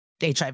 HIV